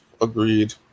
Agreed